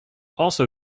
also